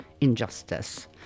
injustice